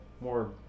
more